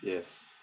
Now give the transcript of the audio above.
yes